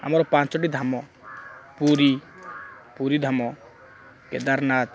ଆମର ପାଞ୍ଚଟି ଧାମ ପୁରୀ ପୁରୀ ଧାମ କେଦାରନାଥ